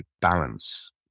balance